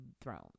Thrones